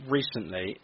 recently